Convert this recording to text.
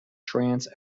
trance